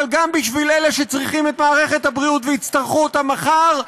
אבל גם בשביל אלה שצריכים את מערכת הבריאות ויצטרכו אותה מחר,